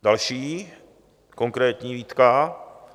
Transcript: Další konkrétní výtka.